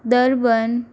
Durban